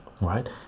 right